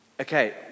Okay